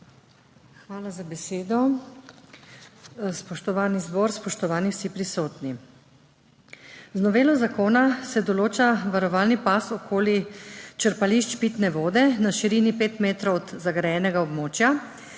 Hvala za besedo. Spoštovani zbor, spoštovani vsi prisotni! Z novelo zakona se določa varovalni pas okoli črpališč pitne vode na širini pet metrov od zagrajenega območja,